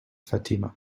fatima